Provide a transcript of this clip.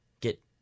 get